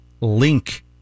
link